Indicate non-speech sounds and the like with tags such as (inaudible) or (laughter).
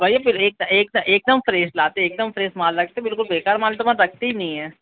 भैया ये फिर एकत एकत एक दम फ्रेस लाते हैं एक दम फ्रेस माल रखते हैं बिल्कुल बेकार माल तो (unintelligible) रखते ही नहीं हैं